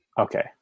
Okay